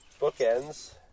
bookends